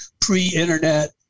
pre-internet